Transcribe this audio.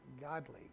godly